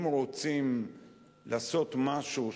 אם רוצים לעשות משהו,